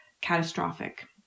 catastrophic